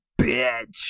bitch